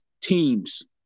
teams